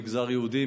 מגזר יהודי,